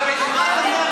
אני אומרת לחיים,